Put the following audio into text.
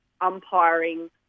umpiring